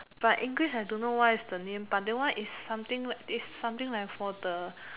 but English I don't know what is the name but that one is something like is something like for the